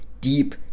deep